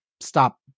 stop